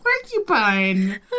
porcupine